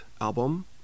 album